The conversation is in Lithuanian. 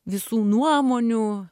visų nuomonių